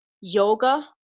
Yoga